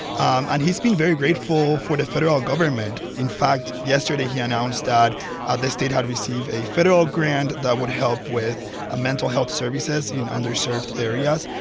um and he's been very grateful for the federal government. in fact, yesterday, he announced ah that ah the state had received a federal grant that would help with ah mental health services in underserved areas.